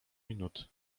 minut